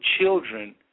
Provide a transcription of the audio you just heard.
children